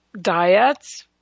diets